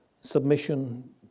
submission